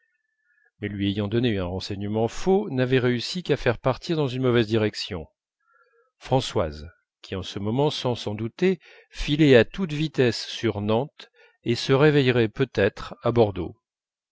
direction françoise qui en ce moment sans s'en douter filait à toute vitesse sur nantes et se réveillerait peut-être à bordeaux